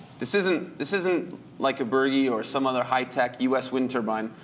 this isn't this isn't like a birdie or some other high tech us wind turbine,